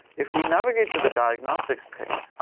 if we navigate to the diagnostics pane,